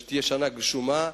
שתהיה שנה גשומה.